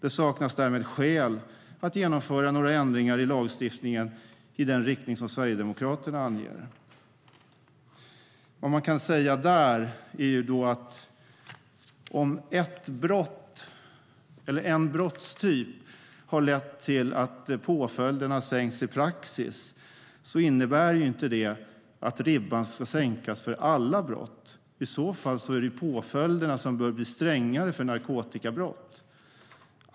Det saknas därmed skäl att genomföra några ändringar i lagstiftningen i den riktning som Sverigedemokraterna anger. Vad man kan säga där är att om en brottstyp har lett till att påföljden har sänkts i praxis innebär inte det att ribban ska sänkas för alla brott. I så fall är det påföljderna som bör bli strängare för narkotikabrott.